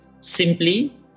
Simply